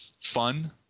fun